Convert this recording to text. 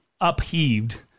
upheaved